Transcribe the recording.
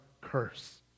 curse